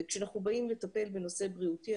וכשאנחנו באים לטפל בנושא בריאותי,